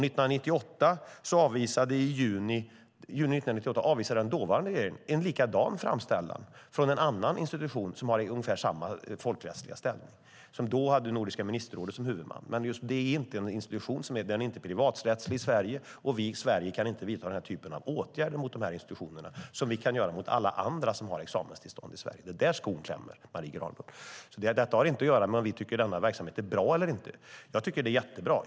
I juni 1998 avvisade den dåvarande regeringen en likadan framställan från en annan institution med ungefär samma folkrättsliga ställning; den hade då Nordiska ministerrådet som huvudman. WMU är en institution som inte är privaträttslig i Sverige, och vi kan därför inte vidta samma typ av åtgärder mot sådana institutioner som mot alla andra som har examenstillstånd i Sverige. Det är där skon klämmer, Marie Granlund. Det har inte att göra med om vi tycker att denna verksamhet är bra eller inte. Jag tycker att den är jättebra.